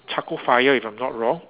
charcoal fire if I'm not wrong